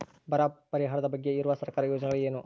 ಬರ ಪರಿಹಾರದ ಬಗ್ಗೆ ಇರುವ ಸರ್ಕಾರದ ಯೋಜನೆಗಳು ಏನು?